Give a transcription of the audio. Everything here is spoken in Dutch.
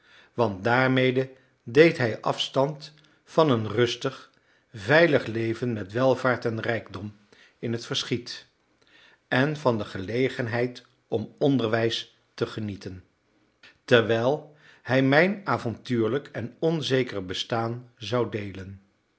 want daarmede deed hij afstand van een rustig veilig leven met welvaart en rijkdom in het verschiet en van de gelegenheid om onderwijs te genieten terwijl hij mijn avontuurlijk en onzeker bestaan zou deelen